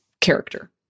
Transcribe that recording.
character